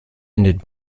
ended